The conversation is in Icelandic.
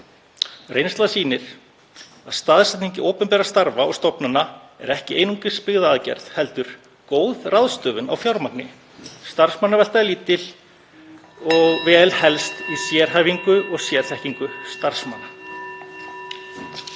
Reynslan sýnir að staðsetning opinberra starfa og stofnana er ekki einungis byggðaaðgerð heldur góð ráðstöfun á fjármagni. Starfsmannavelta er lítil (Forseti hringir.) og vel helst í sérhæfingu og sérþekkingu starfsmanna.